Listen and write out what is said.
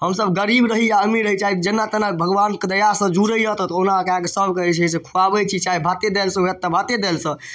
हमसब गरीब रही या अमीर रही चाहे जेना तेना भगवानके दयासँ जुड़ैए तऽ अहुना कऽ कऽ सबके जे छै से खुआबै छी चाहे भाते दाइलसँ हुअए तऽ भाते दाइलसँ